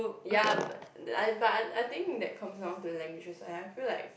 ya but I think that comes down to languages like I feel like